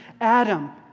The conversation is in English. Adam